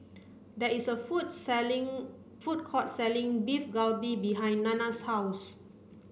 there is a food selling food court selling Beef Galbi behind Nanna's house